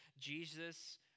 Jesus